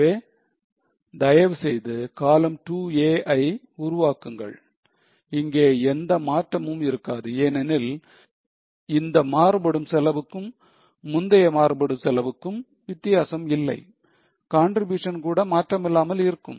எனவே தயவு செய்து column 2 a ஐ உருவாக்குங்கள் இங்கே எந்த மாற்றமும் இருக்காது ஏனெனில் இந்த மாறுபடும் செலவுக்கும் முந்தைய மாறுபடும் செலவுக்கும் வித்தியாசம் இல்லை contribution கூட மாற்றமில்லாமல் இருக்கும்